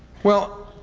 well,